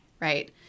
right